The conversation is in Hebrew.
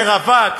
זה רווק,